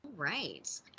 Right